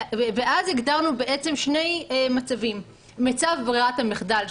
ואז הגדרנו בעצם שני מצבים: מצב ברירת המחדל,